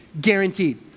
Guaranteed